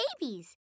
babies